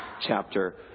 chapter